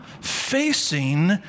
facing